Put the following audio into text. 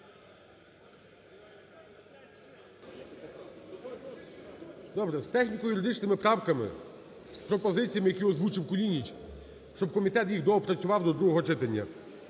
Добре: з техніко-юридичними правками, з пропозиціями, які озвучив Кулініч, щоб комітет їх доопрацював до другого читання.